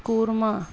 korma